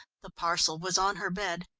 the parcel was on her bed.